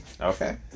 Okay